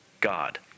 God